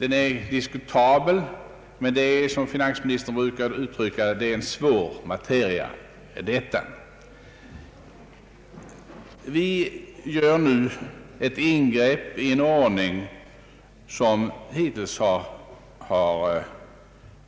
Den är diskutabel, men det hela är — som finansministern brukar uttrycka det — en svår materia. Vi gör ett ingrepp i en ordning som hittills i huvudsak har